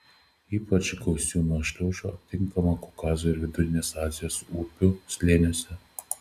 ypač gausių nuošliaužų aptinkama kaukazo ir vidurinės azijos upių slėniuose